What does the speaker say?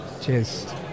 cheers